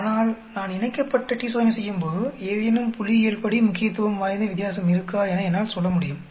ஆனால் நான் இணைக்கப்பட்ட t சோதனை செய்யும்போது ஏதேனும் புள்ளியியல்படி முக்கியத்துவம் வாய்ந்த வித்தியாசம் இருக்கா என என்னால் சொல்லமுடியும்